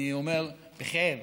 אני אומר בכאב,